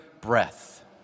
breath